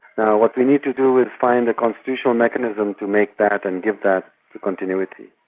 now what we need to do is find a constitutional mechanism to make that and give that continuity.